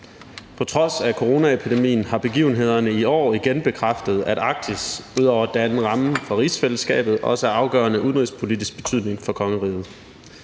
På trods af coronaepidemien har begivenhederne i år igen bekræftet, at Arktis ud over at danne rammen for rigsfællesskabet også er af afgørende udenrigspolitisk betydning for kongeriget.